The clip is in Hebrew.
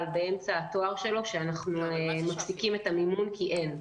באמצע התואר שלו שאנחנו מפסיקים את המימון כי אין.